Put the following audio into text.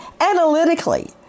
analytically